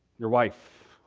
your wife?